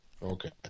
Okay